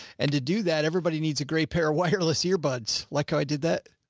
and to do that. everybody needs a great pair of wireless ear buds. like i did that.